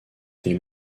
des